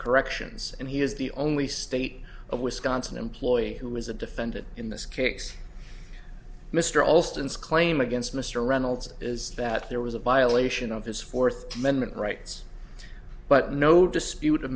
corrections and he is the only state of wisconsin employee who is a defendant in this case mr alston's claim against mr reynolds is that there was a violation of his fourth amendment rights but no dispute